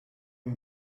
you